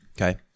Okay